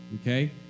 Okay